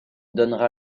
donnera